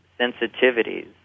sensitivities